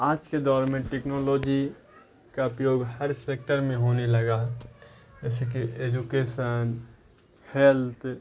آج کے دور میں ٹیکنالوجی کا اپیوگ ہر سیکٹر میں ہونے لگا جیسے کہ ایجوکیسن ہیلتھ